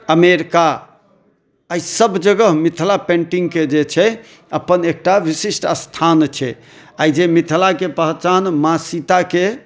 America आइ सब जगह मिथिला पेंटिंगके जे छै अपन एकटा विशिष्ट स्थान छै आइ जे मिथिला के पहचान माँ सीताके